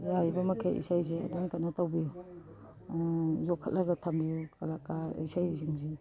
ꯌꯥꯔꯤꯕ ꯃꯈꯩ ꯏꯁꯩꯁꯤ ꯑꯗꯨꯝ ꯀꯩꯅꯣ ꯇꯧꯕꯤꯎ ꯌꯣꯛꯈꯠꯂꯒ ꯊꯝꯕꯤꯎ ꯀꯂꯥꯀꯥꯔ ꯏꯁꯩꯁꯤꯡꯁꯤ